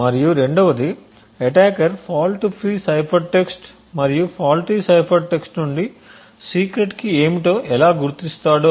మరియు రెండవది attacker fault free cipher text మరియు ఫాల్టీ సైఫర్ టెక్స్ట్ నుండి సీక్రెట్ కీ ఏమిటో ఎలా గుర్తిస్తాడు